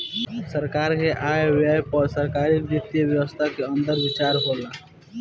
सरकार के आय व्यय पर सरकारी वित्त व्यवस्था के अंदर विचार होला